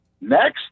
Next